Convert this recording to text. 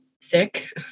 sick